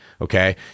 Okay